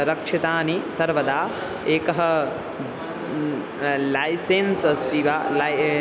रक्षितानि सर्वदा एकः लैसेन्स् अस्ति वा लै